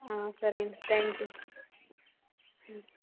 సరేండి thank you